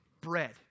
bread